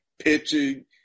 pitching